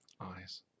eyes